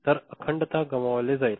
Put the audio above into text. तर अखंडता गमावले जाईल